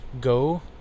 Go